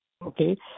Okay